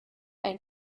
ein